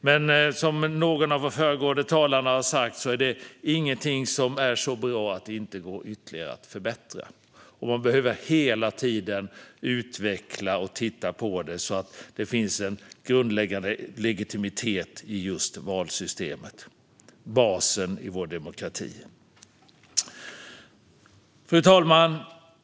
Men som någon av de föregående talarna har sagt är det ingenting som är så bra att det inte går att ytterligare förbättra. Man behöver hela tiden utveckla och titta på det så att det finns en grundläggande legitimitet i just valsystemet, som är basen i vår demokrati. Fru talman!